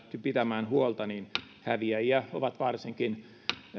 pitämään huolta niin häviäjiä ovat varsinkin